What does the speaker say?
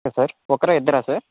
okay sir ఒక్కరా ఇద్దరా sir